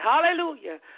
Hallelujah